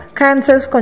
cancers